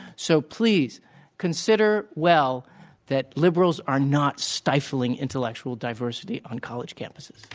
so, please consider well that liberals are not stifling intellectual diversity on college campuses.